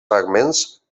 fragments